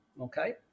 okay